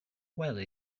wely